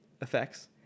effects